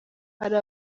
hari